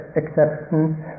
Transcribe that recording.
acceptance